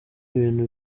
ibintu